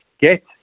get